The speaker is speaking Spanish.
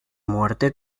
muerte